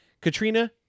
Katrina